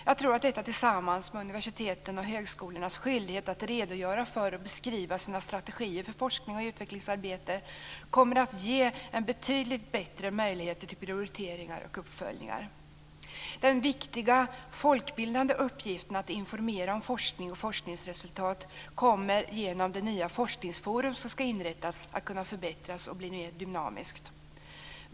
Jag tror att det tillsammans med universitetens och högskolornas skyldighet att redogöra för och beskriva sina strategier för forskning och utvecklingsarbete kommer att ge betydligt bättre möjligheter till prioriteringar och uppföljningar. Den viktiga folkbildande uppgiften att informera om forskning och forskningsresultat kommer genom det nya forskningsforum som ska inrättas att kunna förbättras och bli mer dynamiskt.